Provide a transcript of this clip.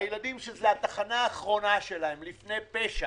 הילדים שזו התחנה האחרונה שלהם לפני פשע.